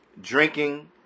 drinking